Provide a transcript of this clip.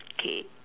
okay